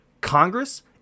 Congress